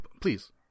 please